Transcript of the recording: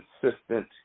consistent